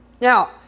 Now